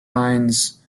hines